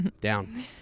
down